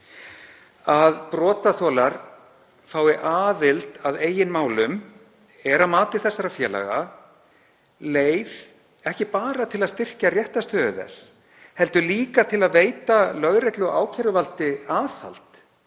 Að brotaþolar fái aðild að eigin málum er að mati þessara félaga ekki bara leið til að styrkja réttarstöðu þeirra heldur líka til að veita lögreglu og ákæruvaldi aðhald,